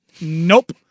nope